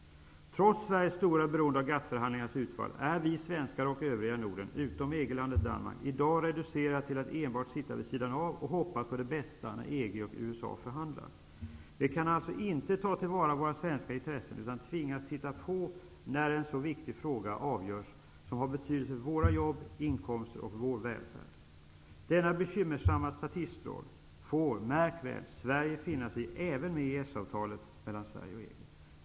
Trots Sveriges stora beroende av GATT förhandlingarnas utfall är vi svenskar och övriga Norden -- utom EG-landet Danmark -- i dag reducerade till att enbart sitta vid sidan av och hoppas på det bästa när EG och USA förhandlar. Vi kan alltså inte ta till vara våra svenska intressen utan tvingas titta på när en så viktig fråga avgörs. Det är en fråga som har betydelse för våra jobb, inkomster och välfärd. Denna bekymmersamma statistroll får, märk väl, Sverige finna sig i även med EES-avtalet mellan Sverige och EG.